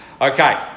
Okay